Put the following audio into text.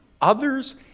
others